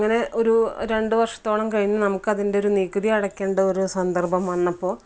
അങ്ങനെ ഒരു രണ്ട് വർഷത്തോളം കഴിഞ്ഞ് നമുക്ക് അതിൻ്റെ ഒരു നികുതി അടക്കേണ്ട ഒരു സന്ദർഭം വന്നപ്പോൾ